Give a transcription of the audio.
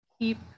keep